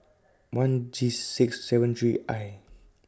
one G six seven three I